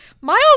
Miles